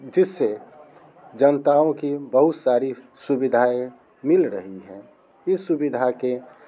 जिससे जनताओं कि बहुत सारी सुविधाएँ मिल रही है इस सुविधा के